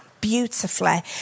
beautifully